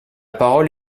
parole